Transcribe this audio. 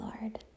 Lord